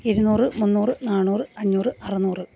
ഇരുന്നൂറ് മുന്നൂറ് നാനൂറ് അഞ്ഞൂറ് അറുന്നൂറ്